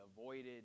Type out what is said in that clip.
avoided